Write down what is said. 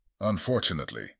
unfortunately